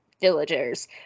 villagers